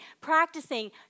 practicing